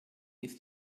ist